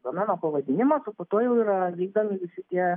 domeno pavadinimas o po to jau yra vykdomi visi tie